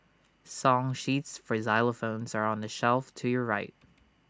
song sheets for xylophones are on the shelf to your right